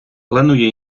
планує